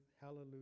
hallelujah